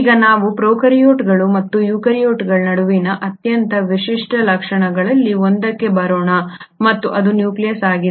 ಈಗ ನಾವು ಪ್ರೊಕಾರ್ಯೋಟ್ಗಳು ಮತ್ತು ಯುಕ್ಯಾರಿಯೋಟ್ಗಳ ನಡುವಿನ ಅತ್ಯಂತ ವಿಶಿಷ್ಟ ಲಕ್ಷಣಗಳಲ್ಲಿ ಒಂದಕ್ಕೆ ಬರೋಣ ಮತ್ತು ಅದು ನ್ಯೂಕ್ಲಿಯಸ್ ಆಗಿದೆ